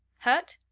hurt?